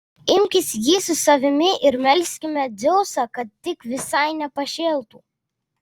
imkis jį su savimi ir melskime dzeusą kad tik visai nepašėltų